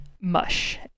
mush